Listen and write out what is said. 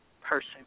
person